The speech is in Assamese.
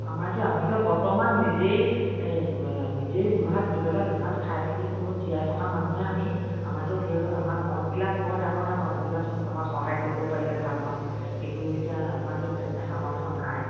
আমাৰ এতিয়া আমিতো বৰ্তমান নিজেই নিজেই দুসাঁজ দুবেলা দুসাঁজ খাই থাকি কোনো জীয়াই থকা মানুহহে আমি আমাৰতো ধেৰ আমাৰ মনবিলাক বৰ ডাঙৰ ডাঙৰ ধৰি লোৱাচোন কাবাক সহায় কৰিব পাৰিলে ভাল পাম কিন্তু এতিয়া আমাৰতো তেনেকে সামৰ্থ নাই